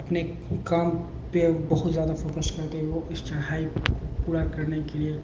اپنے کام پہ بہت زیادہ فوکش کرتے ہو وہ اس چڑھائی کو پورا کرنے کے لیے